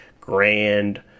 grand